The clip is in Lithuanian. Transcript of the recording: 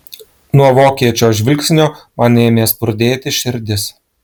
nuo vokiečio žvilgsnio man ėmė spurdėti širdis